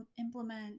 implement